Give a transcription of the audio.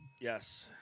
Yes